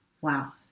Wow